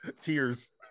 Tears